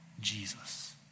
Jesus